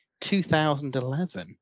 2011